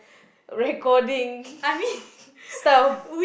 recording stuff